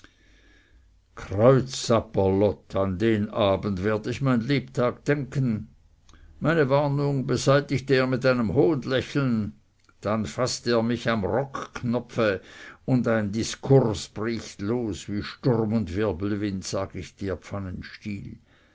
den abend werd ich mein lebtag denken meine warnung beseitigte er mit einem hohnlächeln dann faßte er mich am rockknopfe und ein diskurs bricht los wie sturm und wirbelwind sag ich dir pfannenstiel